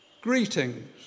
Greetings